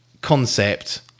concept